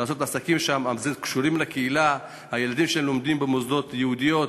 לעשות עסקים שם קשורים לקהילה והילדים שלהם לומדים במוסדות יהודיים.